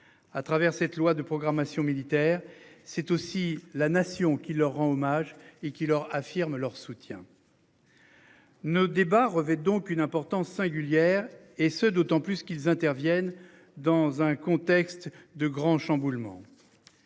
à travers cette loi de programmation militaire, c'est aussi la nation qui leur rend hommage. Et qui leur affirment leur soutien. Nos débats revêt donc une importance singulière et ce d'autant plus qu'ils interviennent dans un contexte de grand chamboulement.